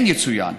יצוין